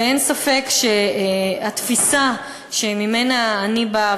ואין ספק שהתפיסה שממנה אני באה,